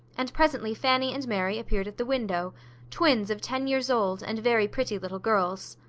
and presently fanny and mary appeared at the window twins of ten years old, and very pretty little girls.